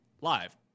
live